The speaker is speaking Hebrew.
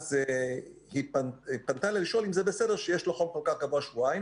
היא פנתה לשאול אם זה בסדר שיש לו חום כל כך גבוה שבועיים.